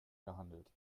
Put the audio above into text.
gehandelt